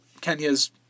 Kenya's